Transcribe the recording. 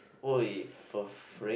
(oi) for freak